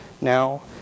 now